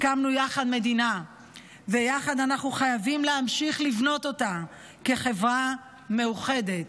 הקמנו יחד מדינה ויחד אנחנו חייבים להמשיך לבנות אותה כחברה מאוחדת.